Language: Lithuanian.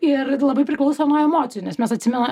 ir labai priklauso nuo emocijų nes mes atsimena